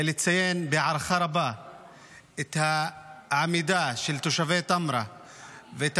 אני רוצה לציין בהערכה רבה את העמידה של תושבי טמרה ואת